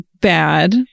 bad